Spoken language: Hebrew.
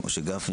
משה גפני,